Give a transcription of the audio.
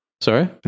Sorry